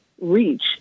reach